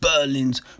Berlin's